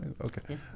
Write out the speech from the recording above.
Okay